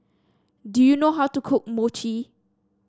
do you know how to cook Mochi